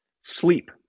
Sleep